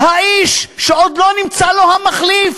האיש שעוד לא נמצא לו המחליף,